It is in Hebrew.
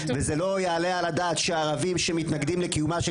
ולא יעלה על הדעת שערבים שמתנגדים לקיומה של